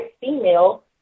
female